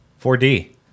4D